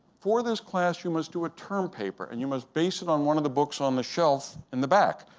for this class, you must do a term paper, and you must base it on one of the books on the shelf in the back.